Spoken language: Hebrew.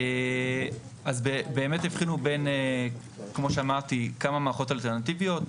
באמת הבחינו, כמו שאמרתי, כמה מערכות אלטרנטיביות.